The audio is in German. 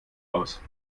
aus